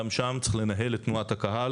גם שם צריך לנהל את תנועת הקהל.